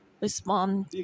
respond